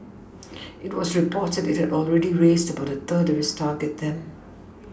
it was reported that it had already raised about a third of its target then